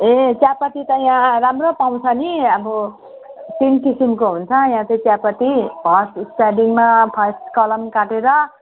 ए चियापत्ती त यहाँ राम्रो पाउँछ नि अब तीतिन किसिमको हुन्छ यहाँ चाहिँ चियापत्ती फर्स्ट त स्टार्टिङमा फर्स्ट कलम काटेर